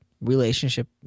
relationship